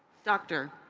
doctor